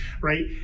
right